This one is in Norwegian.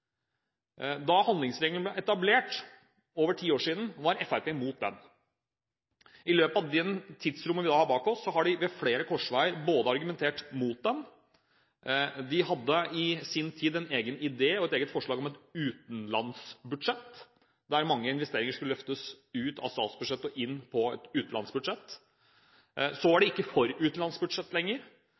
Da handlingsregelen ble etablert, det er over ti år siden, var Fremskrittspartiet imot den. I løpet av det tidsrommet vi har bak oss, har de ved flere korsveier bl.a. argumentert mot den – de hadde i sin tid en egen idé og et eget forslag om et utenlandsbudsjett, at mange investeringer skulle løftes ut av statsbudsjettet og inn på et utenlandsbudsjett. Så var de ikke for utenlandsbudsjett lenger,